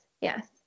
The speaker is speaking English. yes